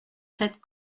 sept